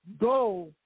Go